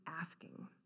asking